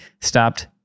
stopped